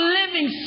living